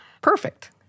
perfect